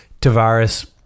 Tavares